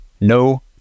No